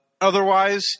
otherwise